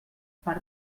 per